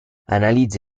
analizza